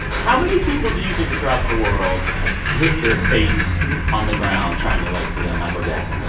how many people do you think across the world have hit their face on the ground trying to, like, do that michael jackson lean?